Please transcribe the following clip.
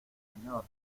señor